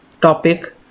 topic